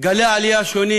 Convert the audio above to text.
גלי העלייה השונים